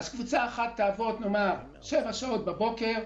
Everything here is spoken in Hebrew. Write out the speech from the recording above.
קבוצה אחת תעבוד שבע שעות בבוקר,